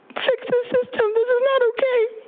fix this system, this is not okay.